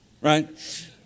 Right